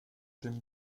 dem